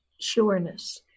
sureness